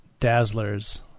dazzlers